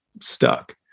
stuck